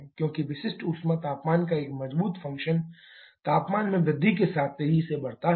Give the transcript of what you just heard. क्योंकि विशिष्ट ऊष्मा तापमान का एक मजबूत फंक्शन तापमान में वृद्धि के साथ तेजी से बढ़ता है